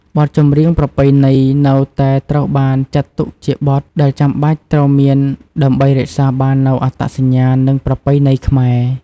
បទចម្រៀងប្រពៃណីនៅតែត្រូវបានចាត់ទុកជាបទដែលចាំបាច់ត្រូវមាន ដើម្បីរក្សាបាននូវអត្តសញ្ញាណ និងប្រពៃណីខ្មែរ។